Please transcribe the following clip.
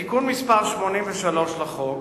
בתיקון מס' 83 לחוק